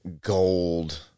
gold